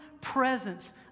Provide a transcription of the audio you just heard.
presence